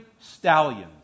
stallions